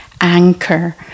anchor